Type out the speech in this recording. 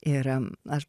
ir aš